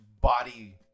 body